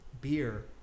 beer